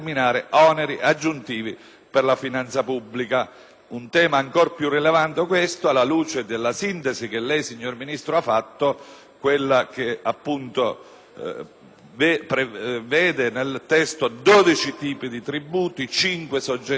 Un tema ancor più rilevante questo alla luce della sintesi che lei, signor Ministro, ha fatto e che vede nel testo 12 tipi di tributi, 5 soggetti pubblici e 11 tra criteri e principi.